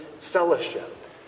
fellowship